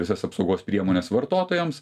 visas apsaugos priemones vartotojams